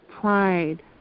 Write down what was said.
Pride